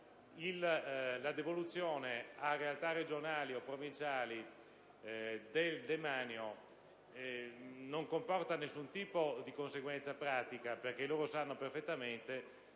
la devoluzione a realtà regionali o provinciali del demanio non comporta alcun tipo di conseguenza pratica, perché loro sanno perfettamente